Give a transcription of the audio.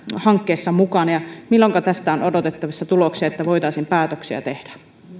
hankkeessa mukana milloinka tästä on odotettavissa tuloksia että voitaisiin päätöksiä tehdä